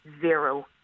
zero